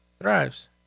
thrives